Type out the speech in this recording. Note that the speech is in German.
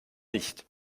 nicht